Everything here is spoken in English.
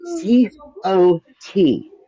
C-O-T